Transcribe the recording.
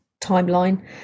timeline